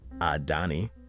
Adani